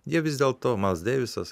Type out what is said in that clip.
jie vis dėl to mails deivisas